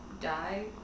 die